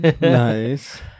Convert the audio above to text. Nice